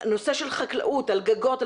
נושא של חקלאות על גגות.